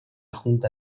junta